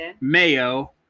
mayo